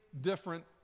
different